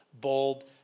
bold